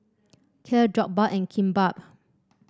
Kheer Jokbal and Kimbap